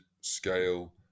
scale